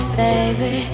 baby